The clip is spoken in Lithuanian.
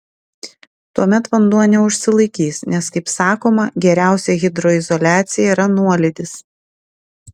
tuomet vanduo neužsilaikys nes kaip sakoma geriausia hidroizoliacija yra nuolydis